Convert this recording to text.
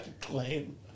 claim